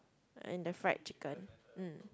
and the fried chicken mm